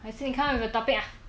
还是你看有没有 topic ah